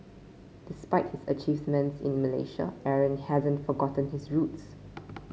despite his achievements in Malaysia Aaron hasn't forgotten his roots